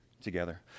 together